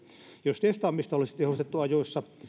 jos testaamista olisi tehostettu ajoissa